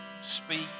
speak